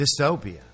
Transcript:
dystopia